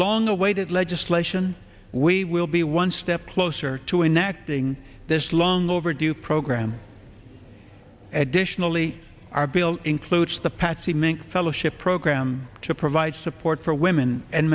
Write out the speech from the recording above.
long awaited legislation we will be one step closer to enacting this long overdue program additionally our bill includes the patsy mink fellowship program to provide support for women and